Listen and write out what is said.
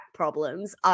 problems